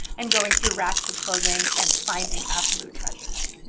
and going through racks of clothing and finding absolute treasures!